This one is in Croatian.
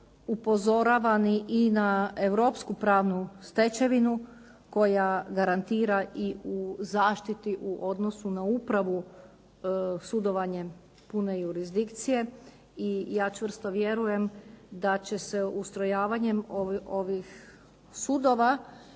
upozoravani i na europsku pravnu stečevinu koja garantira i u zaštiti u odnosu na upravu sudovanje pune jurisdikcije. I ja čvrsto vjerujem da će se ustrojavanjem ovih sudova